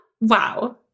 Wow